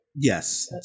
Yes